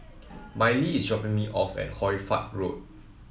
Mylee is dropping me off at Hoy Fatt Road